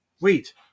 Wait